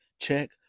check